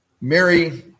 Mary